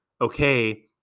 okay